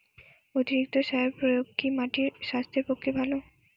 অতিরিক্ত সার প্রয়োগ কি মাটির স্বাস্থ্যের পক্ষে ভালো?